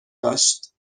داشت